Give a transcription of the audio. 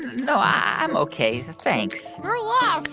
no, i'm ok. thanks your loss.